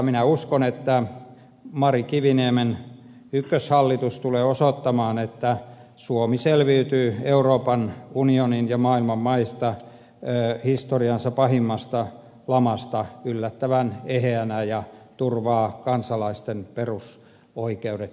minä uskon että mari kiviniemen ykköshallitus tulee osoittamaan että suomi selviytyy euroopan unionin ja maailman maista historiansa pahimmasta lamasta yllättävän eheänä ja turvaa kansalaisten perusoikeudet ja turvallisuuden